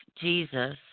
Jesus